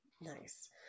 nice